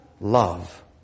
love